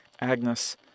Agnes